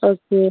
okay